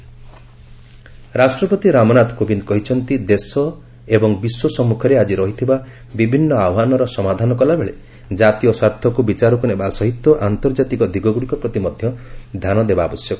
ପ୍ରେକ୍ ଆଡ୍ରେସ୍ ରାଷ୍ଟ୍ରପତି ରାମନାଥ କୋବିନ୍ଦ କହିଛନ୍ତି ଦେଶ ଏବଂ ବିଶ୍ୱ ସମ୍ମୁଖରେ ଆଜି ରହିଥିବା ବିଭିନ୍ନ ଆହ୍ୱାନର ସମାଧାନ କଲାବେଳେ ଜାତୀୟ ସ୍ୱାର୍ଥକୁ ବିଚାରକୁ ନେବା ସହିତ ଆନ୍ତର୍ଜାତିକ ଦିଗଗୁଡ଼ିକ ପ୍ରତି ମଧ୍ୟ ଧ୍ୟାନ ଦେବା ଆବଶ୍ୟକ